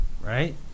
right